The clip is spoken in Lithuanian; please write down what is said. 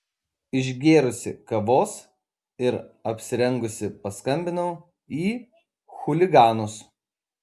išgėrusi kavos ir apsirengusi paskambinau į chuliganus